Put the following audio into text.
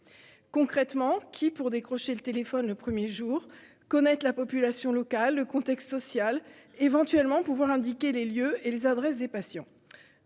Concrètement, qui pour décrocher le téléphone le premier jour ? Connaître la population locale, le contexte social ? Éventuellement, pouvoir indiquer les lieux et les adresses des patients ?